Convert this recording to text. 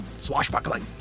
Swashbuckling